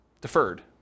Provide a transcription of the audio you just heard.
Deferred